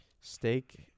Steak